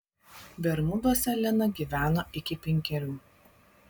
bermuduose lena gyveno iki penkerių